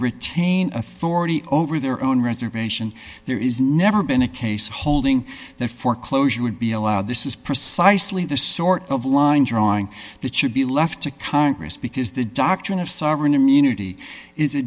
retain authority over their own reservation there is never been a case holding that for closure would be allowed this is precisely the sort of line drawing that should be left to congress because the doctrine of sovereign immunity is a